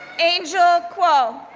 angel kuo,